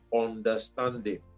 understanding